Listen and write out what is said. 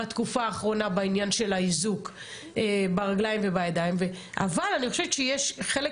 בתקופה האחרונה בעניין של האיזוק ברגליים ובידיים אבל אני חושבת שחלק